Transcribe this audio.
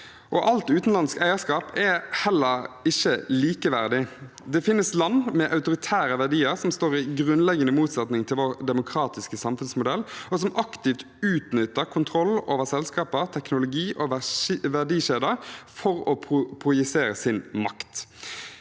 Alt utenlandsk eierskap er heller ikke likeverdig. Det finnes land med autoritære verdier som står i grunnleggende motsetning til vår demokratiske samfunnsmodell, og som aktivt utnytter kontrollen over selskaper, teknologi og verdikjeder for å projisere sin makt.